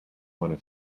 want